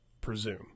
presume